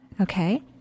Okay